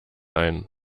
ein